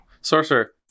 sorcerer